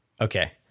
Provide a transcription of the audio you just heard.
Okay